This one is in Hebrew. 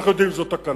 אנחנו יודעים שזו תקלה.